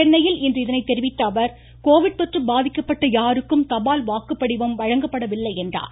சென்னையில் இன்று இதனை தெரிவித்த அவர் கோவிட் தொற்று பாதிக்கப்பட்ட யாருக்கும் தபால் வாக்குப்படிவம் வழங்கப்படவில்லை என்று கூறினார்